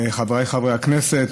חבריי חברי הכנסת,